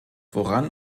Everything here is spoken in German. woran